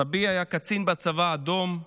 סבי היה קצין בצבא האדום שלחם,